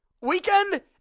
weekend